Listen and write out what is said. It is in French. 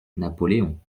napoléon